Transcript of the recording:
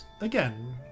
again